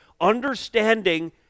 understanding